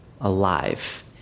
alive